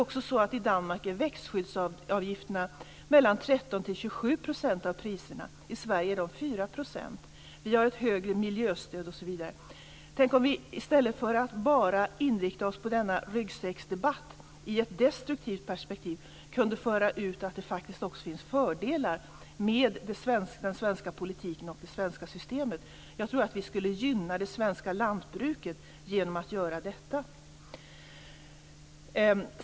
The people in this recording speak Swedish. I Danmark är växtskyddsavgifterna 13 27 % av priserna. I Sverige är de 4 %. Vi har ett högre miljöstöd, osv. Tänk om vi i stället för att i ett destruktivt perspektiv bara inrikta oss på denna ryggsäcksdebatt kunde föra ut att det faktiskt också finns fördelar med den svenska politiken och det svenska systemet. Jag tror att vi skulle gynna det svenska lantbruket genom att göra detta.